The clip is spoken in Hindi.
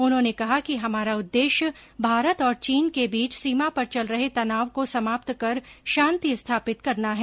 उन्होंने कहा कि हमारा उद्देश्य भारत और चीन के बीच सीमा पर चल रहे तनाव को समाप्त कर शांति स्थापित करना है